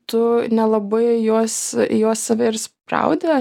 tu nelabai juos juos save ir spraudi